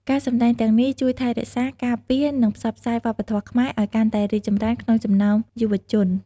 ការសម្តែងទាំងនេះជួយថែរក្សា ការពារ និងផ្សព្វផ្សាយវប្បធម៌ខ្មែរឱ្យកាន់តែរីកចម្រើនក្នុងចំណោមយុវជន។